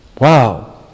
Wow